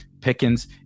Pickens